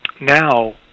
Now